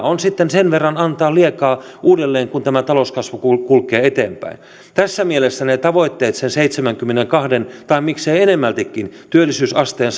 on sitten sen verran antaa liekaa uudelleen kuin talouskasvu kulkee eteenpäin tässä mielessä ne tavoitteet sen seitsemänkymmenenkahden tai miksei suuremmankin työllisyysasteen